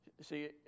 See